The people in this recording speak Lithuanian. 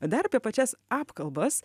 dar apie pačias apkalbas